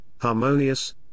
harmonious